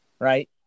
Right